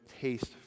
taste